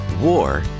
War